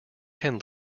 can